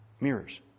mirrors